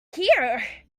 here